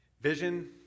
vision